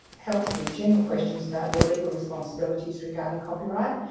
helps with general questions about your legal responsibilities regarding copyright.